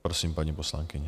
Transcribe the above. Prosím, paní poslankyně.